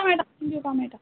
हय मेळटा तुमी काम मेळटा